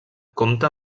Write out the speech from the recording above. compta